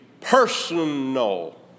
personal